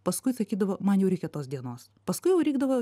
paskui sakydavo man jau reikia tos dienos paskui jau reikdavo